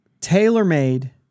tailor-made